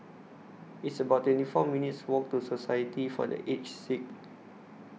It's about twenty four minutes' Walk to Society For The Aged Sick